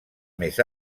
més